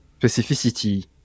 specificity